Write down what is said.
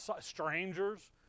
strangers